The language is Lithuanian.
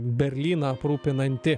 berlyną aprūpinanti